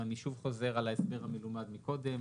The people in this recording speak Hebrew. ואני חוזר שוב על ההסבר המלומד מקודם